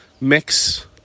mix